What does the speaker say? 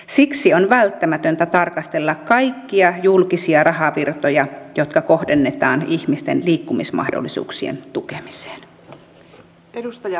siksi on välttämätöntä tarkastella kaikkia julkisia rahavirtoja jotka kohdennetaan ihmisten liikkumismahdollisuuksien tukemiseen